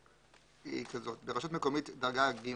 גבוהה היא כזאת: ברשות מקומית דרגה ג'